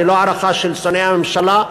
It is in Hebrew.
היא לא הערכה של שונאי הממשלה,